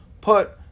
put